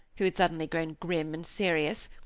who had suddenly grown grim and serious,